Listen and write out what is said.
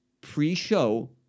pre-show